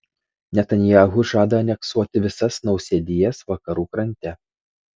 netanyahu žada aneksuoti visas nausėdijas vakarų krante